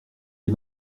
des